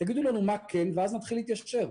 תגידו לנו מה כן, ואז נתחיל להתיישר.